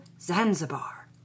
Zanzibar